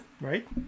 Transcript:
right